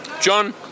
John